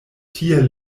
tiel